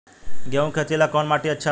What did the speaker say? गेहूं के खेती ला कौन माटी अच्छा बा?